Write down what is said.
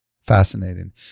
Fascinating